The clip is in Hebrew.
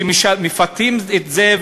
שמפצים על זה,